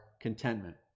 contentment